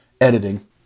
editing